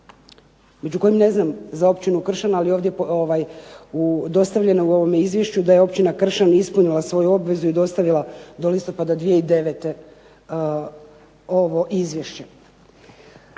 među kojim ne znam za općinu Kršan, ali ovdje u dostavljenom ovome izvješću da je općina Kršan ispunila svoju obvezu i dostavila do listopada 2009. ovo izvješće.